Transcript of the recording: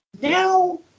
Now